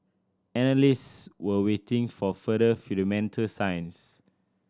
analysts were waiting for further fundamental signs